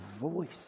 voice